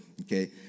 Okay